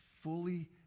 fully